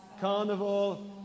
carnival